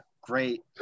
great